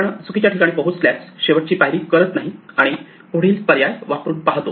आपण चुकीच्या ठिकाणी पोहोचल्यास शेवटची पायरी करत नाही आणि पुढील पर्याय वापरून पाहतो